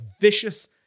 vicious